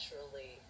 naturally